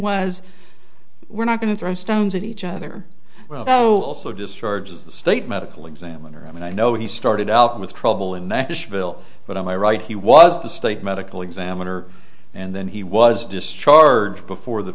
was we're not going to throw stones at each other so also discharges the state medical examiner i mean i know he started out with trouble in nashville but am i right he was the state medical examiner and then he was discharged before the